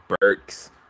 Burks